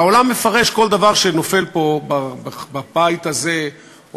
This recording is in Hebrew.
והעולם מפרש כל דבר שנופל פה בבית הזה או